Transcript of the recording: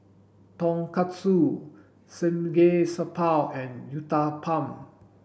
Tonkatsu Samgeyopsal and Uthapam